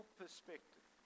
perspective